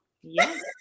Yes